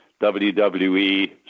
WWE